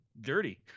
dirty